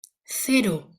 cero